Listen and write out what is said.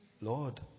Lord